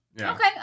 Okay